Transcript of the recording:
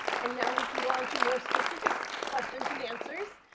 and now we can go on to more specific questions and answers.